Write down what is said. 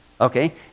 Okay